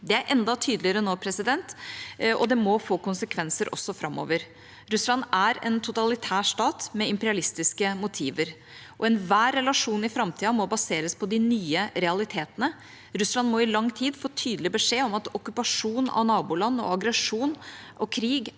Det er enda tydeligere nå, og det må få konsekvenser også framover. Russland er en totalitær stat med imperialistiske motiver, og enhver relasjon i framtida må baseres på de nye realitetene. Russland må i lang tid få tydelig beskjed om at okkupasjon av naboland og aggresjon og krig